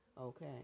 Okay